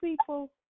people